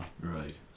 Right